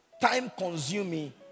time-consuming